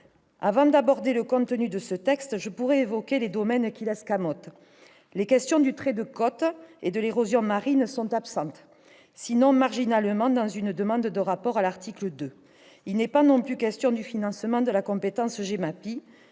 Avant d'évoquer le contenu du texte, je pourrais parler des domaines qu'il escamote. Les questions du trait de côte et de l'érosion marine en sont absentes, ou présentes très marginalement dans une demande de rapport à l'article 2. Il n'est pas non plus question du financement de la compétence GEMAPI.